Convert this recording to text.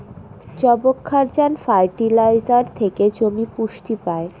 যবক্ষারজান ফার্টিলাইজার থেকে জমি পুষ্টি পায়